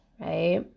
right